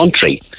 country